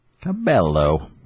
Cabello